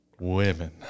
women